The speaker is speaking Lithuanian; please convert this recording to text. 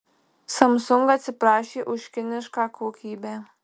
samsung atsiprašė už kinišką kokybę